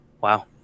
Wow